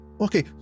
okay